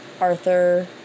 Arthur